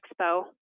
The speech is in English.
Expo